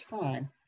time